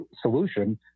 solution